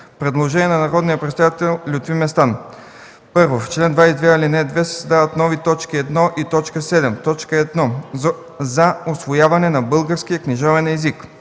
Предложение от народния представител Лютви Местан: 1.В чл. 22, ал. 2 се създават нови точка 1 и точка 7: - т.1. за усвояване на българския книжовен език;